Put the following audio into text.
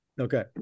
Okay